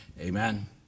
Amen